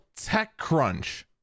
TechCrunch